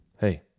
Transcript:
hey